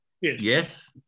Yes